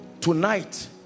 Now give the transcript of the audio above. tonight